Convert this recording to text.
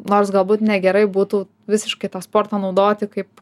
nors galbūt negerai būtų visiškai tą sportą naudoti kaip